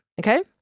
Okay